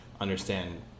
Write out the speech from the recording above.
understand